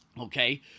Okay